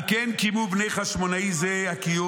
על כן קיימו בני חשמונאי זה הקיום,